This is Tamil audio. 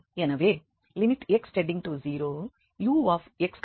எனவே x→0ux0 u00x